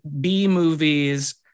B-movies